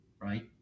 right